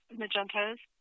magentas